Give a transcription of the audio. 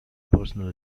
personal